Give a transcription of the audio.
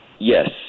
Yes